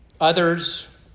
others